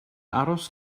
aros